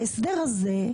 ההסדר הזה,